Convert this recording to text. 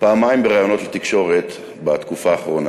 פעמיים בראיונות בתקשורת בתקופה האחרונה.